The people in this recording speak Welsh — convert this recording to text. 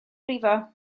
brifo